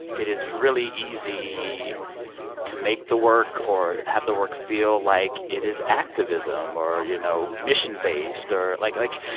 it is really easy to make the work or have the work feel like it is activism or, you know, mission based or like like,